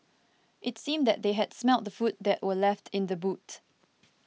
it seemed that they had smelt the food that were left in the boot